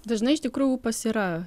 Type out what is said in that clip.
dažnai iš tikrųjų ūpas yra